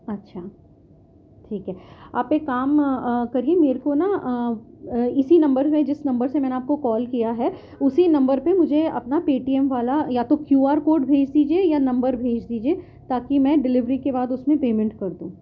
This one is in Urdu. اچھا ٹھیک ہے آپ ایک کام کریے میر کو نا اسی نمبر پہ جس نمبر سے میں نے آپ کو کال کیا ہے اسی نمبر پہ مجھے اپنا پے ٹی ایم والا یا تو کیو آر کوڈ بھیج دیجیے یا نمبر بھیج دیجیے تاکہ میں ڈیلیوری کے بعد اس میں پیمنٹ کر دوں